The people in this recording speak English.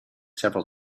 several